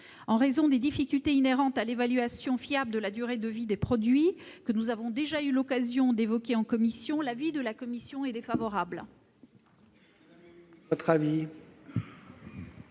En raison des difficultés inhérentes à l'évaluation fiable de la durée de vie des produits, que nous avons déjà eu l'occasion d'évoquer en commission, l'avis de la commission est défavorable.